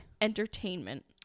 entertainment